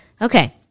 Okay